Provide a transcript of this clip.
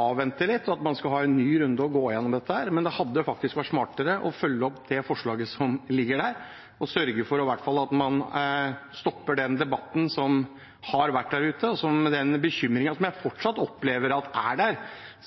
avvente litt, og at man skal ha en ny runde og gå igjennom dette, men det hadde vært smartere å følge opp det forslaget som foreligger, og sørge for at man i hvert fall stopper den debatten som har vært der ute, og den bekymringen som jeg fortsatt opplever er der.